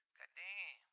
Goddamn